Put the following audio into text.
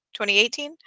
2018